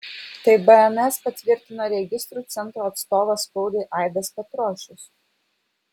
tai bns patvirtino registrų centro atstovas spaudai aidas petrošius